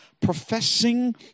professing